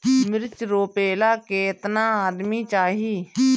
मिर्च रोपेला केतना आदमी चाही?